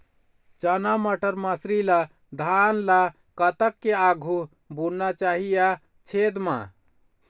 चना बटर मसरी ला धान ला कतक के आघु बुनना चाही या छेद मां?